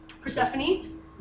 Persephone